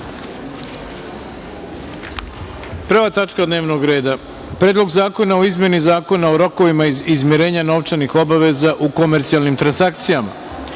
tačka dnevnog reda - Predlog zakona o izmeni Zakona o rokovima izmirenja novčanih obaveza u komercijalnim transakcijama. Pošto